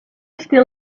till